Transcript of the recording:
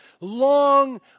long